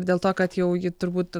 dėl to kad jau ji turbūt